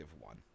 one